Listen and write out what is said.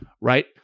right